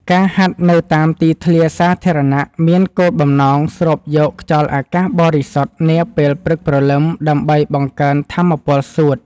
ការហាត់នៅតាមទីធ្លាសាធារណៈមានគោលបំណងស្រូបយកខ្យល់អាកាសបរិសុទ្ធនាពេលព្រឹកព្រលឹមដើម្បីបង្កើនថាមពលសួត។